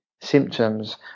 symptoms